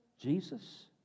Jesus